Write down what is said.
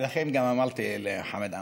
לכן גם אמרתי לחמד עמאר,